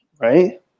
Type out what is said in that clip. Right